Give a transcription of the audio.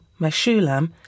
Meshulam